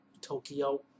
Tokyo